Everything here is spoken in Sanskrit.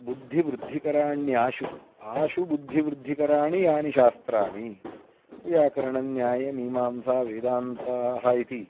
बुद्धिवृद्धिकराण्याशु आशु बुद्धिवृद्धिकराणि यानि शास्त्राणि व्याकरणन्यायमीमांसावेदान्ताः इति